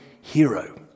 hero